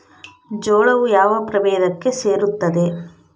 ಜೋಳವು ಯಾವ ಪ್ರಭೇದಕ್ಕೆ ಸೇರುತ್ತದೆ?